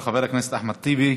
של חבר הכנסת אחמד טיבי.